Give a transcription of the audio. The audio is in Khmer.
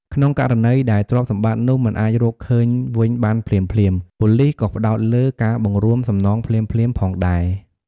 ក្នុងករណីដែលទ្រព្យសម្បត្តិនោះមិនអាចរកឃើញវិញបានភ្លាមៗ ប៉ូលិសក៏ផ្តោតលើ ការបង្រួមសំណងភ្លាមៗ ផងដែរ។